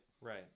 right